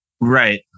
Right